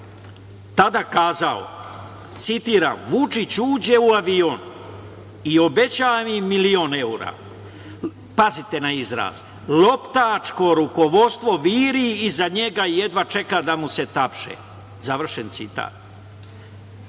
tada kazao: „Vučić uđe u avion i obeća im milion evra“, pazite na izraz, „loptačko rukovodstvo viri iza njega i jedva čeka da mu se tapše“, završen citat.